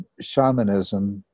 shamanism